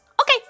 Okay